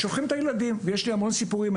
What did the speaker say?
שוכחים את הילדים, ויש לי המון סיפורים.